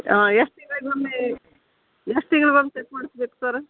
ಹಾಂ ಎಷ್ಟು ತಿಂಗ್ಳಿಗೊಮ್ಮೆ ಎಷ್ಟು ತಿಂಗ್ಳಿಗೊಮ್ಮೆ ಚೆಕ್ ಮಾಡ್ಸ್ಬೇಕು ಸರ